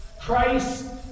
Christ